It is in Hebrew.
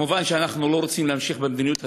מובן שאנחנו לא רוצים להמשיך במדיניות כזאת.